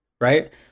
right